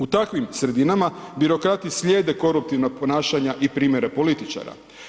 U takvim sredinama birokrati slijede koruptivna ponašanja i primjere političara.